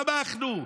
תמכנו.